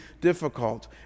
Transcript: difficult